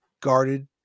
guarded